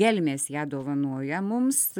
gelmės ją dovanoja mums